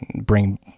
bring